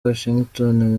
washington